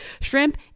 shrimp